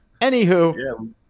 Anywho